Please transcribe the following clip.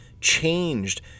changed